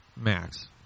Max